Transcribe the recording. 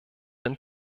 den